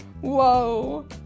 whoa